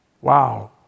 Wow